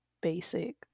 basic